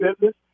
business